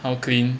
how clean